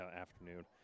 afternoon